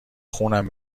خونم